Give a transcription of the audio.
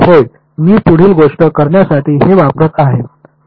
होय मी पुढील गोष्ट करण्यासाठी हे वापरत आहे